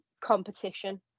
competition